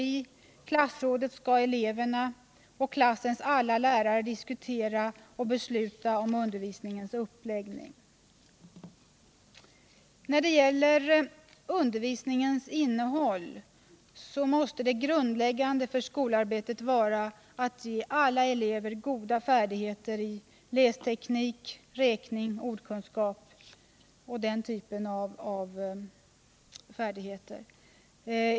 I klassrådet skall eleverna och klassens alla lärare diskutera och besluta om undervisningens uppläggning. När det gäller undervisningens innehåll måste det grundläggande för skolarbetet vara att ge alla elever goda färdigheter i lästeknik, räkning, ordkunskap och den typen av färdigheter.